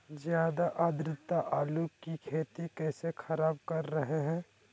ज्यादा आद्रता आलू की खेती कैसे खराब कर रहे हैं?